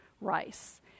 Rice